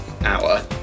hour